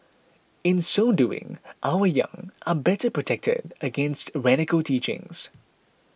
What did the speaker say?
in so doing our young are better protected against radical teachings